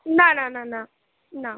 না না না না না